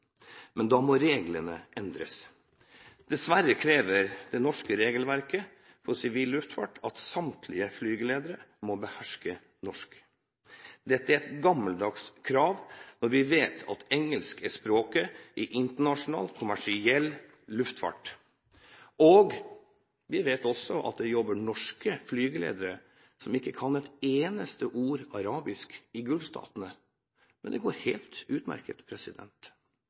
men da må reglene endres. Dessverre krever det norske regelverket for sivil luftfart at samtlige flygeledere må beherske norsk. Dette er et gammeldags krav, når vi vet at engelsk er språket i internasjonal kommersiell luftfart, og når vi også vet at det jobber norske flygeledere som ikke kan et eneste ord arabisk, i Golf-statene. Men det går helt utmerket.